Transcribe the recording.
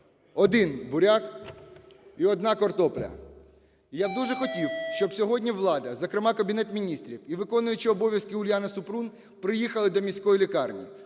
один буряк і одна картопля. Я б дуже хотів, щоб сьогодні влада, зокрема Кабінет Міністрів і виконуючий обов'язки Уляна Супрун, приїхали до міської лікарні,